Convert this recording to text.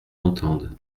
entende